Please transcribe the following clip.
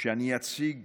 שאני אציג